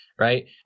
right